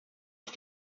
auf